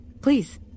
Please